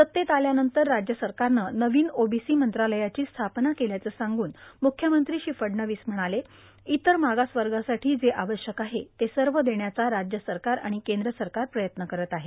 सत्तेत आल्यानंतर राज्य सरकारनं नवीन ओबीसी मंत्रालयाची स्थापना केल्याचं सांगून मुख्यमंत्री श्री फडणवीस म्हणाले इतर मागास वर्गासाठी जे आवश्यक आहे ते सर्व देण्याचा राज्य सरकार आणि केंद्र सरकार प्रयत्न करत आहे